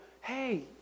hey